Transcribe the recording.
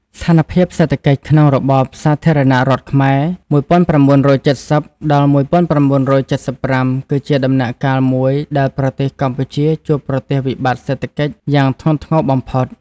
ស្ថានភាពសេដ្ឋកិច្ចក្នុងរបបសាធារណរដ្ឋខ្មែរ ១៩៧០-១៩៧៥ គឺជាដំណាក់កាលមួយដែលប្រទេសកម្ពុជាជួបប្រទះវិបត្តិសេដ្ឋកិច្ចយ៉ាងធ្ងន់ធ្ងរបំផុត។